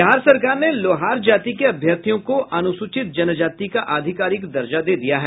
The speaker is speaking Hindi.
बिहार सरकार ने लोहार जाति के अभ्यर्थियों को अनुसूचित जनजाति का आधिकारिक दर्जा दे दिया है